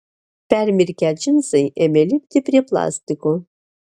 permirkę džinsai ėmė lipti prie plastiko